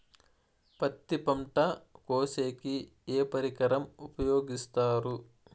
పత్తి పంట కోసేకి ఏ పరికరం ఉపయోగిస్తారు?